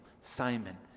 Simon